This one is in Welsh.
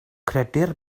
credir